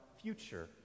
future